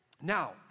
Now